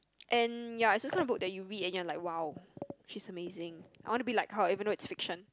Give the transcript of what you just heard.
and ya it's those kind of book that you read and you're like !wow! she's amazing I want to be like her even though it's fiction